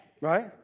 Right